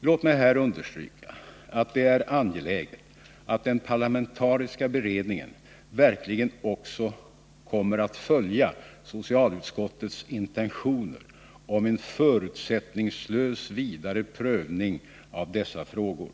Jag vill understryka att det är angeläget att den parlamentariska beredningen också verkligen kommer att följa socialutskottets intentioner om en förutsättningslös vidare prövning av dessa frågor.